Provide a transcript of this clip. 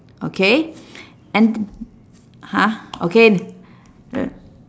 okay and !huh! okay